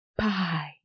pie